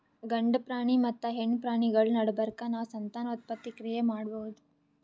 ಗಂಡ ಪ್ರಾಣಿ ಮತ್ತ್ ಹೆಣ್ಣ್ ಪ್ರಾಣಿಗಳ್ ನಡಬರ್ಕ್ ನಾವ್ ಸಂತಾನೋತ್ಪತ್ತಿ ಕ್ರಿಯೆ ಮಾಡಬಹುದ್